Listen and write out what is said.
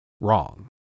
wrong